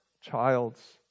child's